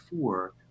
Four